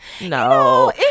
No